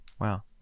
Wow